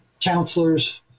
counselors